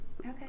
Okay